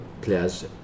players